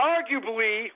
Arguably